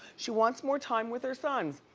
she wants more time with her sons.